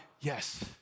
Yes